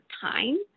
time